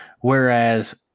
whereas